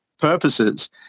purposes